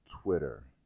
Twitter